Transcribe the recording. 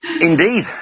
Indeed